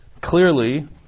clearly